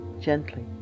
gently